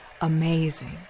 amazing